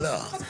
שאלה.